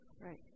Right